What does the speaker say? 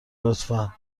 لطفا